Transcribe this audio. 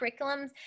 curriculums